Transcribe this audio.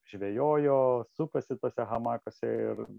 žvejojo suposi tuose hamakuose ir